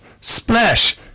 splash